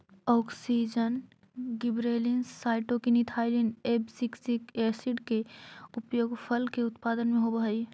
auxin, gibberellins, cytokinin, ethylene, abscisic acid के उपयोग फल के उत्पादन में होवऽ हई